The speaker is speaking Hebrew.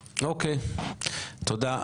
אוקיי, תודה.